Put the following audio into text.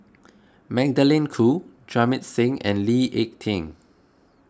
Magdalene Khoo Jamit Singh and Lee Ek Tieng